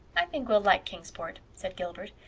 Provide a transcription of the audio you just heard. i think we'll like kingsport, said gilbert.